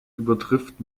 übertrifft